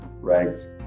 Right